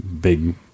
big